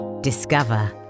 Discover